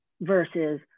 versus